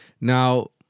Now